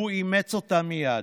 והוא אימץ אותה מייד.